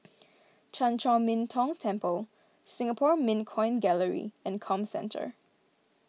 Chan Chor Min Tong Temple Singapore Mint Coin Gallery and Comcentre